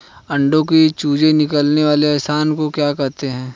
अंडों से चूजे निकलने वाले स्थान को क्या कहते हैं?